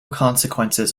consequences